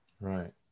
Right